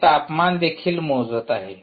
हे तापमान देखील मोजत आहे